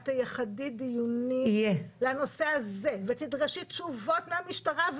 את תייחדי דיונים לנושא הזה ותדרשי תשובות מהמשטרה,